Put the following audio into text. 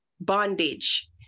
bondage